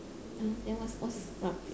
then what what's what's rugby